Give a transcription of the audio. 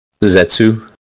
Zetsu